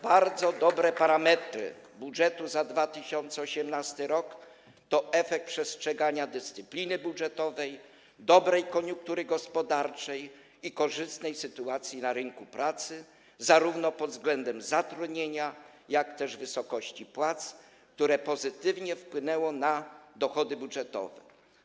Bardzo dobre parametry budżetu za 2018 r. to efekt przestrzegania dyscypliny budżetowej, dobrej koniunktury gospodarczej i korzystnej sytuacji na rynku pracy pod względem zarówno zatrudnienia, jak i wysokości płac, co pozytywnie wpłynęło na dochody budżetowe.